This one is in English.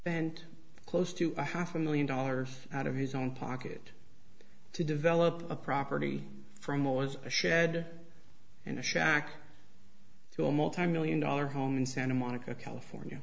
bent close to a half a million dollars out of his own pocket to develop a property for him or as a shed in a shack to a multimillion dollar home in santa monica california